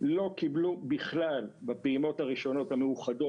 לא קיבלו בכלל בפעימות הראשונות המאוחדות